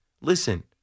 Listen